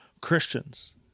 Christians